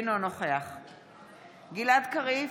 גלעד קריב,